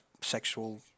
sexual